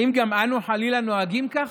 האם גם אנו חלילה נוהגים כך?